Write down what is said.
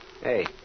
Hey